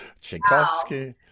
Tchaikovsky